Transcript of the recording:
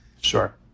Sure